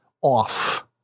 off